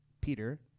Peter